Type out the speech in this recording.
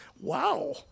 wow